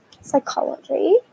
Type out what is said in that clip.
psychology